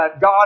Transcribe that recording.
God